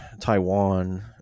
Taiwan